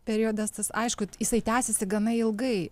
periodas tas aišku jisai tęsėsi gana ilgai